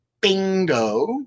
bingo-